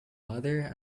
mother